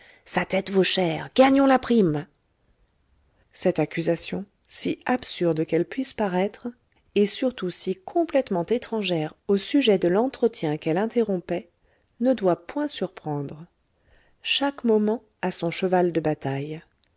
sa tête vaut cher gagnons la prime cette accusation si absurde qu'elle puisse paraître et surtout si complètement étrangère au sujet de l'entretien qu'elle interrompait ne doit point surprendre chaque moment a son cheval de bataille